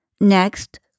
Next